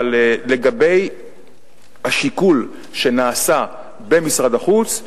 אבל לגבי השיקול שנעשה במשרד החוץ,